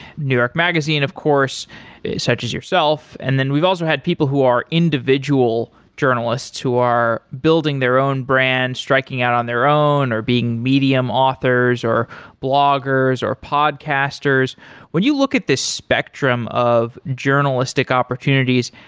new york magazine of course such as yourself and then we've also had people who are individual journalists, who are building their own brand, striking out on their own, or being medium authors, or bloggers or podcasters when you look at this spectrum of journalistic opportunities,